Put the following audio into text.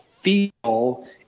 feel